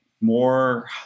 more